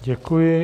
Děkuji.